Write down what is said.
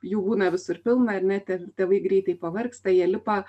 jų būna visur pilna ar ne ten tėvai greitai pavargsta jie lipa